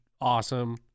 Awesome